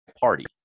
party